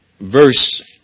verse